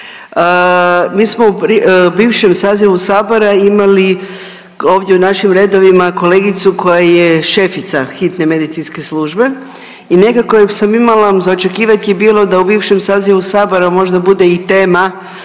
mi smo u bivšem sazivu sabora imali ovdje u našim redovima kolegicu koja je šefica Hitne medicinske službe i nekako sam imala za očekivat je bilo da u bivšem sazivu Sabora možda bude i tema